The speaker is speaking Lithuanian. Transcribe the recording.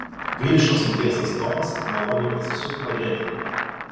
vyriškos lyties atstovas maloniai pasisiūk padėti